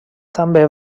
també